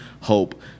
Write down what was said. hope